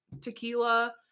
tequila